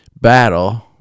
battle